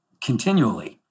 continually